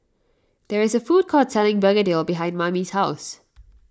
there is a food court selling Begedil behind Mamie's house